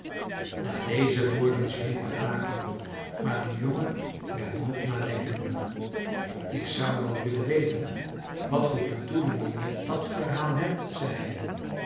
na deze woorden zweeg bataki maar de jongen werd nog nadenkender ik zou wel willen weten wat voor bedoeling je met dat verhaal hebt zei